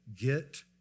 get